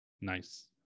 nice